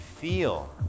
Feel